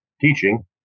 teaching